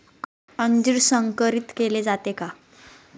अंजीर संकरित केले जाते का?